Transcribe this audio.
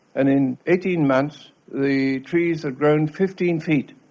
and in eighteen months the trees had grown fifteen feet.